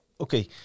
Okay